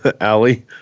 Allie